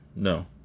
No